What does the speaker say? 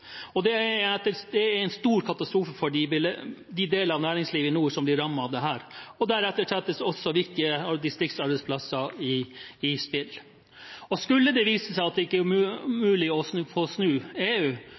Det er en stor katastrofe for de delene av næringslivet i nord som blir rammet av dette, og deretter settes også viktige distriktsarbeidsplasser i spill. Skulle det vise seg at det ikke er mulig å få snudd EU,